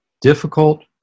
difficult